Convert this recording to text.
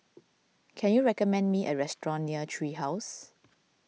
can you recommend me a restaurant near Tree House